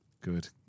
Good